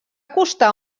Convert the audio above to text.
costar